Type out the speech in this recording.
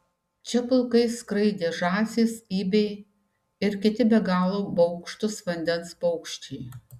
čia pulkais skraidė žąsys ibiai ir kiti be galo baugštūs vandens paukščiai